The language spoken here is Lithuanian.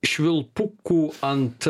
švilpukų ant